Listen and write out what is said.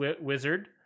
wizard